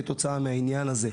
כתוצאה מהעניין הזה,